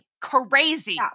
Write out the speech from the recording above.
crazy